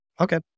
Okay